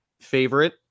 favorite